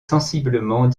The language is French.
sensiblement